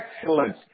excellent